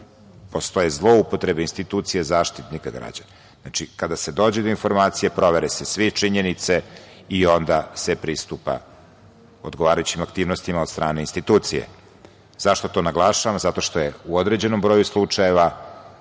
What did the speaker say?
postoje zloupotrebe institucija Zaštitnika građana. Znači, kada se dođe do informacije provere se sve činjenice i onda se pristupa odgovarajućim aktivnostima od strane institucije.Zašto to naglašavam? Zato što su u određenom broju slučajeva